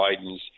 Biden's